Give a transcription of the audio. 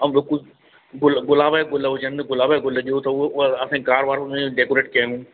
ऐं बिल्कुल ग़ुल गुलाब जो ग़ुल हुजनि गुलाब जा ग़ुल जो अथव उहो कार वार उनखे डेकोरेट कनि